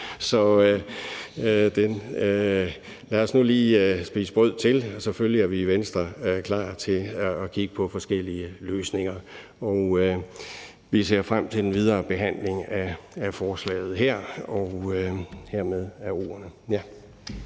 Lad os nu lige spise brød til. Selvfølgelig er vi i Venstre klar til at kigge på forskellige løsninger. Vi ser frem til den videre behandling af forslaget her, og det var hermed ordene.